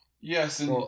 Yes